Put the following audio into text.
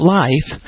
life